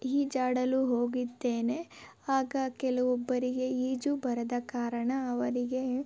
ಈಜಾಡಲು ಹೋಗಿದ್ದೇನೆ ಆಗ ಕೆಲವೊಬ್ಬರಿಗೆ ಈಜು ಬರದ ಕಾರಣ ಅವರಿಗೆ